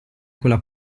quella